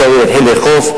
יהיה אפשר להתחיל לאכוף.